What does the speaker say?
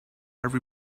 every